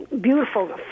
Beautiful